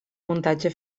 muntatge